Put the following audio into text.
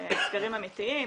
סקרים אמיתיים,